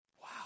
Wow